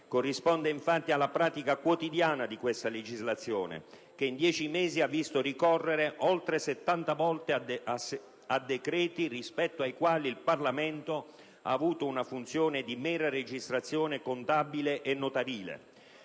corrisponde infatti alla pratica quotidiana di questa legislatura, che in dieci mesi ha visto oltre 70 volte il ricorso a decreti, rispetto ai quali il Parlamento ha avuto una funzione di mera registrazione contabile e notarile.